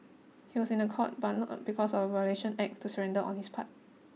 he was in a court but not because of a violation act to surrender on his part